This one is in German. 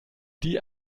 die